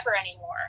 anymore